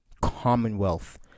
Commonwealth